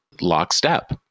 lockstep